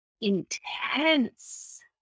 intense